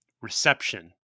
reception